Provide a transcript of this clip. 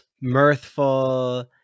mirthful